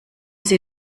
sie